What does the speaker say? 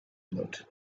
float